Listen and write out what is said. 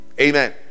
amen